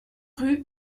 rue